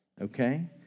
okay